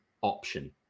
option